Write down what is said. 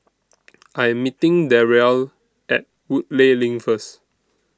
I Am meeting Darryle At Woodleigh LINK First